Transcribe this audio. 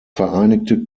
vereinigte